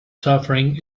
suffering